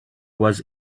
was